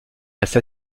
reste